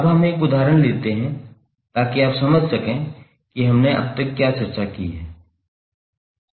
अब हम एक उदाहरण लेते हैं ताकि आप समझ सकें कि हमने अब तक क्या चर्चा की